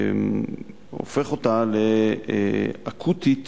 הופך אותה לאקוטית,